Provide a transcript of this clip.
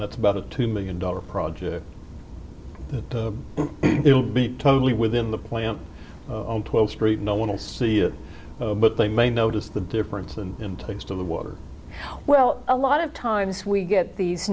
that's about a two million dollar project that it will be totally within the plant on twelve street no one will see it but they may notice the difference and in taste of the water well a lot of times we get these